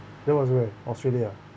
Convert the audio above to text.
that was where australia ah